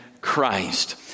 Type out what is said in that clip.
Christ